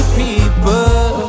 people